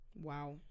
wow